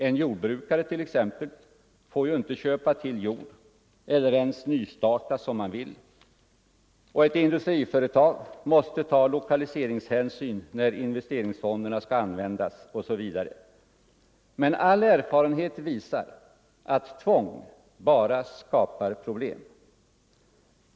En jordbrukare t.ex. får ju inte köpa till jord eller ens nystarta som han vill, och ett industriföretag måste ta lokaliseringshänsyn när investeringsfonderna skall användas, men all erfarenhet visar att tvång bara skapar problem.